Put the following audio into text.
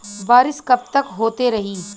बरिस कबतक होते रही?